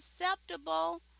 acceptable